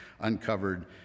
uncovered